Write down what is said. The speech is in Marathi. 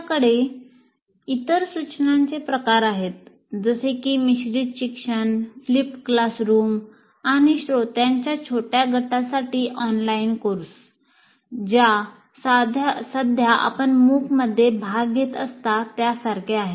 आमच्याकडे इतर सूचनांचे प्रकार आहेत जसे की मिश्रित शिक्षण फ्लिप्ड क्लासरूम आणि श्रोत्यांच्या छोट्या गटासाठी ऑनलाइन कोर्स ज्या सध्या आपण MOOC मध्ये भाग घेत असता त्या सारखे आहेत